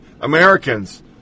Americans